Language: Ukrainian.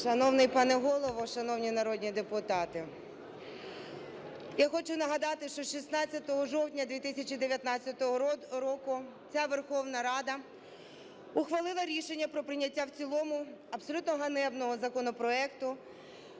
Шановний пане Голово, шановні народні депутати, я хочу нагадати, що 16 жовтня 2019 року ця Верховна Рада ухвалила рішення про прийняття в цілому абсолютно ганебного законопроекту